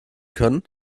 können